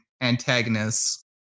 antagonists